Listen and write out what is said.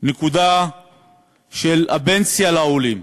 הנקודה של הפנסיה לעולים.